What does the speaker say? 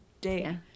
day